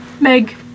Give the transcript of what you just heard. Meg